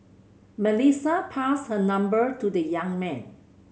Melissa passed her number to the young man